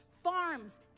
farms